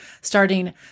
starting